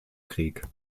krieg